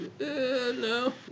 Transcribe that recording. No